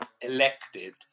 elected